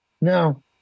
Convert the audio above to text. No